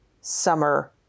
summer